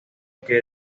que